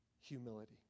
Humility